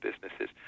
businesses